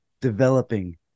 developing